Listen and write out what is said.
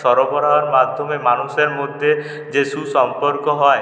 সরবরাহর মাধ্যমে মানুষের মধ্যে যে সুসম্পর্ক হয়